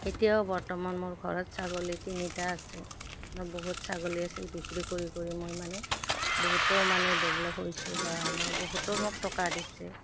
এতিয়াও বৰ্তমান মোৰ ঘৰত ছাগলী তিনিটা আছে মই বহুত ছাগলী আছিল বিক্ৰী কৰি কৰি মই মানে বহুতো মানে ডেভলপ হৈছোঁ বা মই বহুতো মোক টকা দিছে